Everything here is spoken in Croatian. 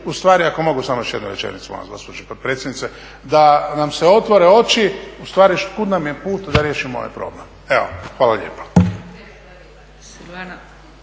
vas, gospođo potpredsjednice, da nam se otvore oči, ustvari … nam je put da riješimo ovaj problem. Evo, hvala lijepa.